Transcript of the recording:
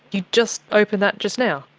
you just opened that just now?